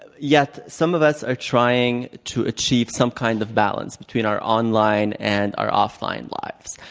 yet, some of us are trying to achieve some kind of balance between our online and our offline lives.